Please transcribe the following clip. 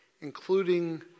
including